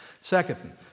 Second